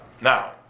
Now